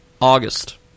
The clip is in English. August